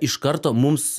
iš karto mums